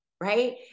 right